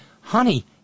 Honey